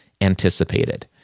anticipated